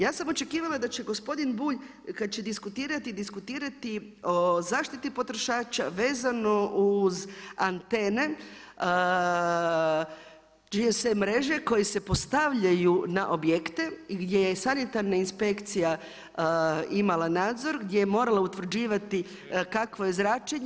Ja sam očekivala da će gospodin Bulj kad će diskutirati, diskutirati o zaštiti potrošača vezano uz antene čije se mreže koje se postavljaju na objekte gdje je Sanitarna inspekcija imala nadzor, gdje je morala utvrđivati kakvo je zračenje.